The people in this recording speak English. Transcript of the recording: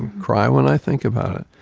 cry when i think about it.